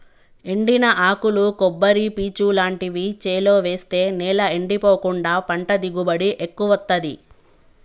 ఎండిన ఆకులు కొబ్బరి పీచు లాంటివి చేలో వేస్తె నేల ఎండిపోకుండా పంట దిగుబడి ఎక్కువొత్తదీ